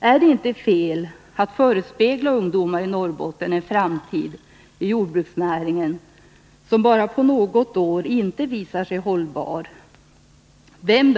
Är det inte fel att förespegla ungdomar i Norrbotten en framtid i jordbruksnäringen, när det bara på något år visar sig ohållbart?